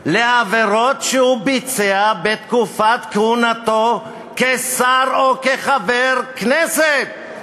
לעבירות שהוא ביצע בתקופת כהונתו כשר או כחבר כנסת,